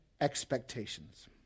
expectations